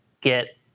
get